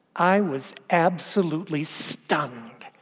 i was absolutely stunned!